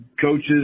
coaches